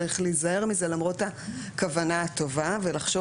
צריך להיזהר מזה למרות הכוונה הטובה ולחשוב